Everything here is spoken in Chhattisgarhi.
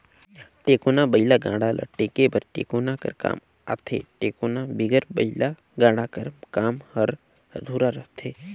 टेकोना बइला गाड़ा ल टेके बर टेकोना कर काम आथे, टेकोना बिगर बइला गाड़ा कर काम हर अधुरा रहथे